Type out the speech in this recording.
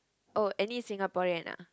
oh any Singaporean ah